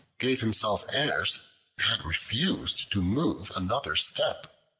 gave himself and refused to move another step.